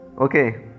Okay